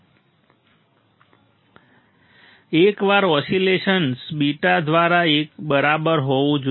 એકવાર oscillation beta દ્વારા એક બરાબર હોવું જોઈએ